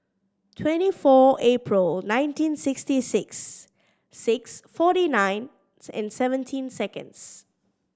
twenty four April nineteen sixty six six forty nine and seventeen seconds